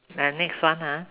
the next one ah